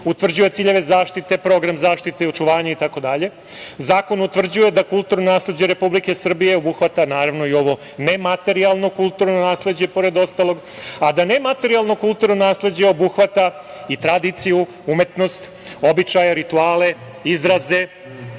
utvrđuje ciljeve zaštite, program zaštite i očuvanja itd. Zakon utvrđuje da kulturno nasleđe Republike Srbije obuhvata i ovo nematerijalno kulturno nasleđe, pored ostalog, a da nematerijalno kulturno nasleđe obuhvata i tradiciju, umetnost, običaje, rituale, izraze,